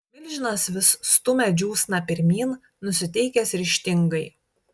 milžinas vis stumia džiūsną pirmyn nusiteikęs ryžtingai